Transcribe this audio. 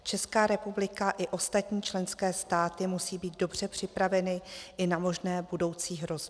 Česká republika i ostatní členské státy musí být dobře připraveny i na možné budoucí hrozby.